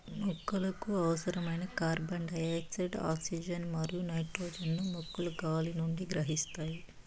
మొక్కలకు అవసరమైన carbon dioxide, oxygen మరియు నైట్రోజన్ ను మొక్కలు గాలి నుండి గ్రహిస్తాయి